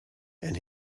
and